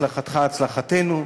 הצלחתך הצלחתנו.